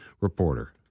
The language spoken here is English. reporter